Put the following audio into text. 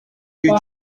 rue